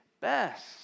best